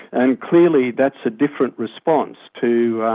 and clearly that's a different response to